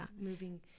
Moving